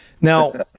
now